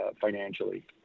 financially